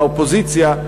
באופוזיציה,